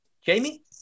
Jamie